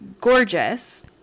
gorgeous